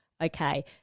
okay